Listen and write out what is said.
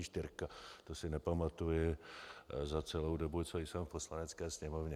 To si nepamatuji za celou dobu, co jsem v Poslanecké sněmovně.